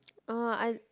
uh I